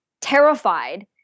terrified